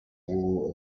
wall